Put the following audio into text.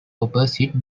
opposite